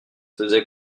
faisait